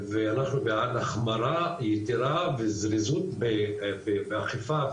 אנחנו בעד החמרה ייתרה וזריזות באכיפה,